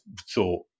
thought